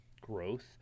growth